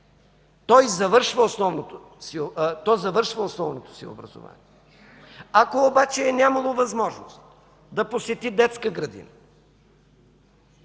то завършва основното си образование. Ако обаче е нямало възможност да посети детска градина,